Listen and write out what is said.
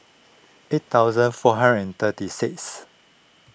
eight thousand four hundred and thirty sixth